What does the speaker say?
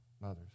mothers